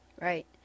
Right